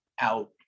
out